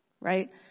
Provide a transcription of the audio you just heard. right